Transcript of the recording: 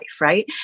right